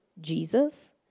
Jesus